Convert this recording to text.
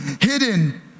hidden